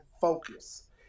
focus